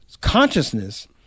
consciousness